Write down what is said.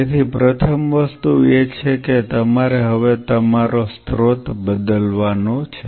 તેથી પ્રથમ વસ્તુ એ છે કે તમારે હવે તમારો સ્રોત બદલવાનો છે